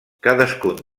cadascun